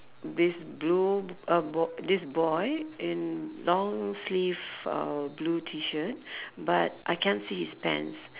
this blue uh boy this boy in long sleeve uh blue T shirt but I can't see his pants